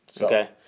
Okay